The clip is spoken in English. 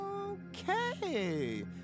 Okay